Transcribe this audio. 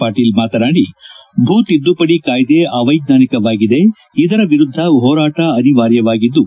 ಪಾಟೀಲ್ ಮಾತನಾಡಿ ಭೂ ತಿದ್ದುಪಡಿ ಕಾಯ್ದೆ ಅವೈಜ್ಞಾನಿಕವಾಗಿದೆ ಇದರ ವಿರುದ್ದ ಹೋರಾಟ ಅನಿವಾರ್ಯವಾಗಿದ್ದು